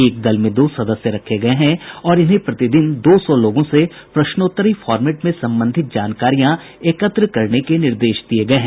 एक दल में दो सदस्य रखे गये हैं और इन्हें प्रतिदिन दो सौ लोगों से प्रश्नोत्तरी फार्मेट में संबंधित जानकारियां एकत्र करने को निर्देश दिये गये हैं